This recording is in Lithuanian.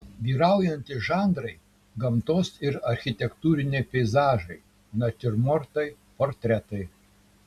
vyraujantys žanrai gamtos ir architektūriniai peizažai natiurmortai portretai